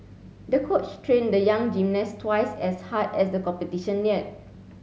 the coach trained the young gymnast twice as hard as the competition neared